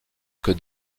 que